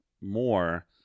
more